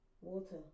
Water